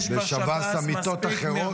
בשב"ס המיטות אחרות?